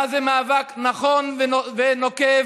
מה זה מאבק נכון ונוקב,